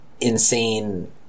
insane